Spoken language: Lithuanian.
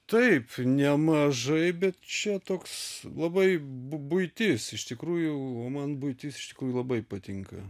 taip nemažai bet čia toks labai bu buitis iš tikrųjų man buitis iš tikrųjų labai patinka